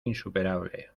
insuperable